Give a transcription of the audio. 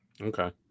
Okay